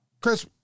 Chris